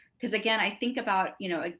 because again i think about, you know,